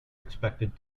expected